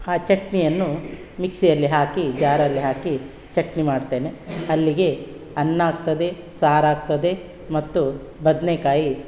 ಆ ಚಟ್ನಿಯನ್ನು ಮಿಕ್ಸಿಯಲ್ಲಿ ಹಾಕಿ ಜಾರಲ್ಲಿ ಹಾಕಿ ಚಟ್ನಿ ಮಾಡ್ತೇನೆ ಅಲ್ಲಿಗೆ ಅನ್ನ ಆಗ್ತದೆ ಸಾರು ಆಗ್ತದೆ ಮತ್ತು ಬದನೇಕಾಯಿ